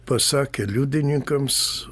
pasakė liudininkams